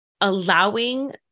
allowing